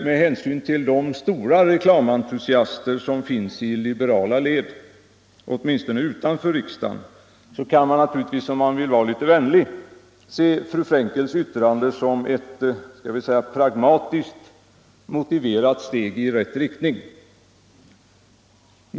Med hänsyn till de stora reklamentusiaster som finns i liberala led, åtminstone utanför riksdagen, kan man naturligtvis om man vill vara litet vänlig, se fru Frenkels yttrande som ett skall vi säga pragmatiskt motiverat steg i rätt riktning.